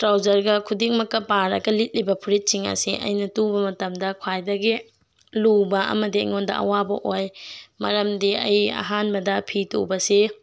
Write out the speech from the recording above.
ꯇ꯭ꯔꯥꯎꯁꯔꯒ ꯈꯨꯗꯤꯡꯃꯛꯀ ꯄꯥꯔꯒ ꯂꯤꯠꯂꯤꯕ ꯐꯨꯔꯤꯠꯁꯤꯡ ꯑꯁꯦ ꯑꯩꯅ ꯇꯨꯕ ꯃꯇꯝꯗ ꯈ꯭ꯋꯥꯏꯗꯒꯤ ꯂꯨꯕ ꯑꯃꯗꯤ ꯑꯩꯉꯣꯟꯗ ꯑꯋꯥꯕ ꯑꯣꯏ ꯃꯔꯝꯗꯤ ꯑꯩ ꯑꯍꯥꯟꯕꯗ ꯐꯤ ꯇꯨꯕꯁꯤ